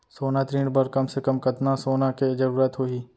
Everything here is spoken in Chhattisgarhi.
सोना ऋण बर कम से कम कतना सोना के जरूरत होही??